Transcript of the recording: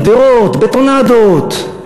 גדרות, בטונדות.